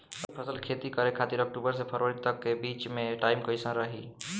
रबी फसल के खेती करे खातिर अक्तूबर से फरवरी तक के बीच मे टाइम कैसन रही?